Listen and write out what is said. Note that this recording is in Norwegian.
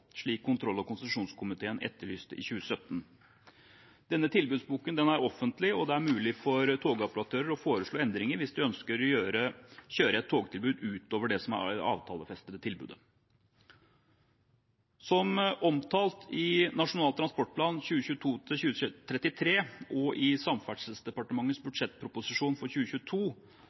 slik kontroll- og konstitusjonskomiteen etterlyste i 2017. Denne tilbudsboken er offentlig, og det er mulig for togoperatører å foreslå endringer hvis de ønsker å kjøre et togtilbud utover det avtalefestede tilbudet. Som omtalt i Nasjonal transportplan 2022–2033 og i Samferdselsdepartementets budsjettproposisjon for 2022